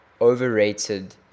overrated